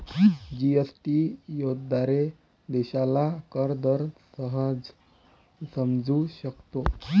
GST याद्वारे देशाला कर दर सहज समजू शकतो